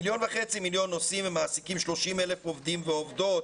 מיליון וחצי נוסעים והם מעסיקים 30,000 עובדים ועובדות